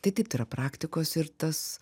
tai taip tai yra praktikos ir tas